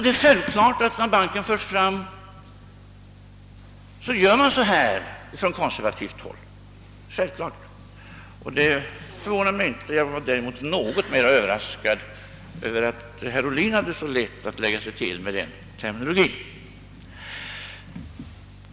Det är självklart att när tanken om investeringsbanken förs fram argumenterar man från konservativt håll just på detta sätt. Det förvånar mig inte. Jag var däremot mera överraskad över att herr Ohlin hade så lätt att lägga sig till med den terminologin.